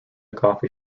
coffee